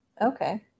Okay